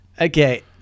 okay